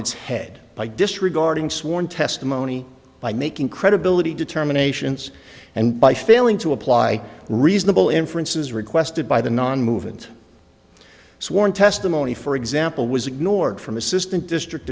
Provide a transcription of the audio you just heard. its head by disregarding sworn testimony by making credibility determinations and by failing to apply reasonable inferences requested by the non movement sworn testimony for example was ignored from assistant district